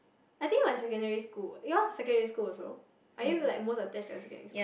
I think my secondary school yours secondary school also are you like most attached to your secondary school